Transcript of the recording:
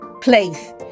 place